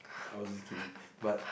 I was just kidding but